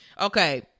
okay